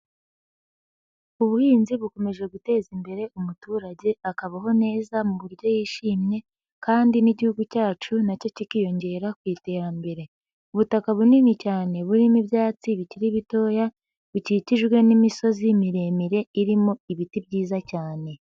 Ubuhinzi bukomeje guteza imbere umuturage akabaho neza mu buryo yishimye kandi n'igihugu cyacu nacyo kikiyongera ku iterambere. Ubutaka bunini cyane burimo ibyatsi bikiri bitoya, bukikijwe n'imisozi miremire irimo ibiti byiza cyane.